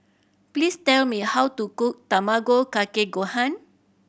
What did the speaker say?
please tell me how to cook Tamago Kake Gohan